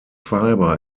fiber